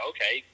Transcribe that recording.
Okay